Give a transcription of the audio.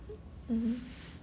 mmhmm